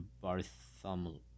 Bartholomew